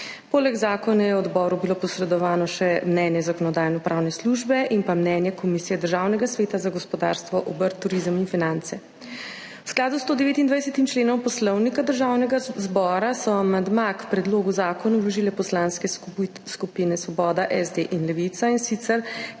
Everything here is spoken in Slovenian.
Poleg zakona je bilo odboru posredovano še mnenje Zakonodajno-pravne službe in mnenje Komisije Državnega sveta za gospodarstvo, obrt, turizem in finance. V skladu s 129. členom Poslovnika Državnega zbora so amandma k predlogu zakona vložile poslanske skupine Svoboda, SD in Levica, in sicer